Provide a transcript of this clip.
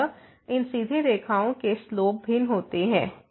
अतः इन सीधी रेखाओं के स्लोप भिन्न होते हैं